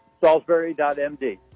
Salisbury.md